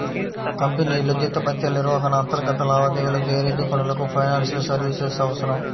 కంపెనీల్లో జీతభత్యాల నిర్వహణ, అంతర్గత లావాదేవీల బేరీజు పనులకు ఫైనాన్షియల్ సర్వీసెస్ అవసరం